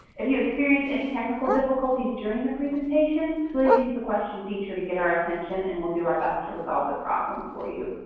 if you experience any technical difficulties during the presentation, please use the question feature to get our attention and we'll do our best to resolve the problem for you.